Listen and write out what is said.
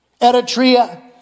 Eritrea